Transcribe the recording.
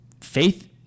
faith